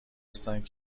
هستند